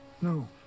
No